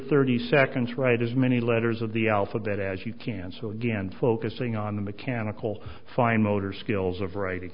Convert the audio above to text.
thirty seconds write as many letters of the alphabet as you can so again focusing on the mechanical fine motor skills of writing